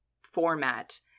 format